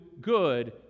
good